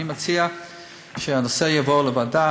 אני מציע שהנושא יעבור לוועדה.